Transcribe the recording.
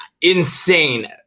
insane